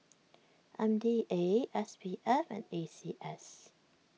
M D A S P F and A C S